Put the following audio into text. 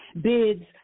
bids